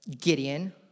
Gideon